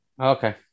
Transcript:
Okay